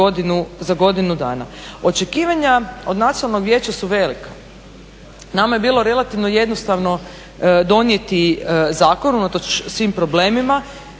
Očekivanja od nacionalnog vijeća su velika. Nama je bilo relativno jednostavno donijeti zakon, unatoč svim problemima.